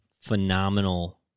phenomenal